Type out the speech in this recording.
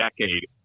decade